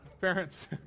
parents